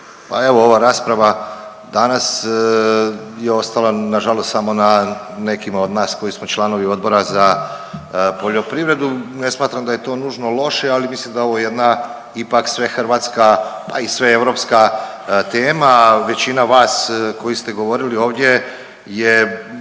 Pa evo ova rasprava danas je ostala nažalost samo na nekima od nas koji smo članovi Odbora za poljoprivredu, ne smatram da je to nužno loše, ali mislim da je ovo jedna ipak svehrvatska pa i sveeuropska tema. Većina vas koji ste govorili ovdje je